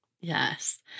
Yes